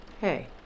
Hey